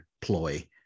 ploy